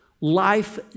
life